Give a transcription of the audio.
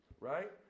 right